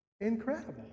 Incredible